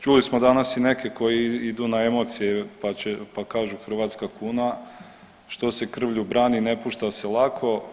Čuli smo danas i neke koji idu na emocije, pa kažu hrvatska kuna što se krvlju brani ne pušta se lako.